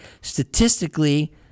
statistically